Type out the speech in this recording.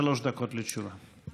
עד שלוש דקות לתשובה.